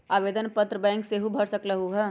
आवेदन पत्र बैंक सेहु भर सकलु ह?